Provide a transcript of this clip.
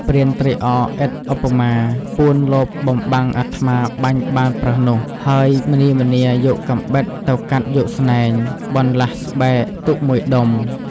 ព្រានត្រេកអរឥតឧបមា ពួនលបបំបាំងអាត្មាបាញ់បានប្រើសនោះ ហើយម្នីម្នាយកកាំបិតទៅកាត់យកស្នែង បន្លះស្បែកទុកមួយដុំ។